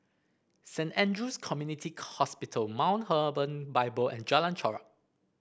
Saint Andrew's Community Hospital Mount Hermon Bible and Jalan Chorak